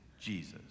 Jesus